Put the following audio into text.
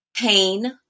pain